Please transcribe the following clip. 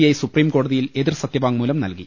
I സുപ്രീംകോടതിയിൽ എതിർ സത്യവാങ്മൂലം നൽകി